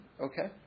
Okay